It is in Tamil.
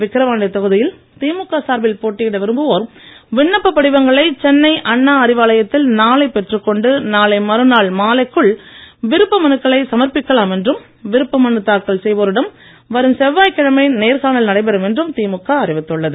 விக்கரவாண்டி தொகுதியில் திமுக சார்பில் போட்டியிட விரும்புவோர் விண்ணப்ப படிவங்களை சென்னை அண்ணா அறிவாலயத்தில் நாளை பெற்றுக்கொண்டு நாளை மறுநாள் மாலைக்குள் விருப்ப மனுக்களை சமர்பிக்கலாம் என்றும் விருப்ப மனு தாக்கல் செய்வோரிடம் வரும் செவ்வாய்கிழமை நேர்காணல் நடைபெறும் என்றும் திமுக அறிவித்துள்ளது